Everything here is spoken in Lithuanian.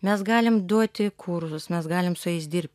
mes galim duoti kursus mes galim su jais dirb